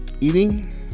eating